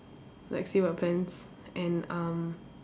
like see my friends and um